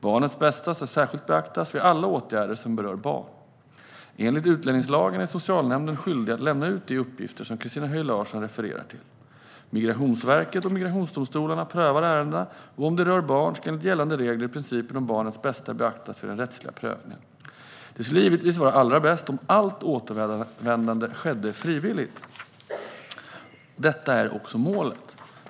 Barnets bästa ska särskilt beaktas vid alla åtgärder som berör barn. Enligt utlänningslagen är socialnämnden skyldig att lämna ut de uppgifter som Christina Höj Larsen refererar till. Migrationsverket och migrationsdomstolarna prövar ärendena, och om det rör barn ska enligt gällande regler principen om barnets bästa beaktas vid den rättsliga prövningen. Det skulle givetvis vara allra bäst om allt återvändande skedde frivilligt. Detta är också målet.